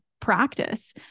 practice